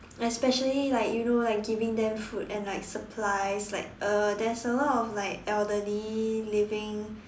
especially like you know like giving them food and like supplies like uh there's a lot of like elderly living